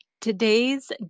Today's